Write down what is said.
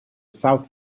south